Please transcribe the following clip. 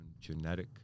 genetic